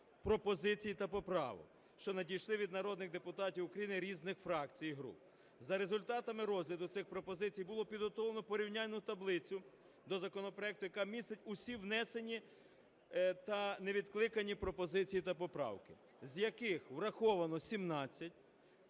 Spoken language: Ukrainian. пропозицій та поправок, що надійшли від народних депутатів України різних фракцій і груп. За результатами розгляду цих пропозицій було підготовлено порівняльну таблицю до законопроекту, яка містить усі внесені та невідкликані пропозиції та поправки, з яких враховано –